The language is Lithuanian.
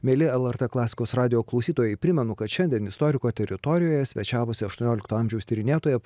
mieli lrt klasikos radijo klausytojai primenu kad šiandien istoriko teritorijoje svečiavosi aštuoniolikto amžiaus tyrinėtoja